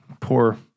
poor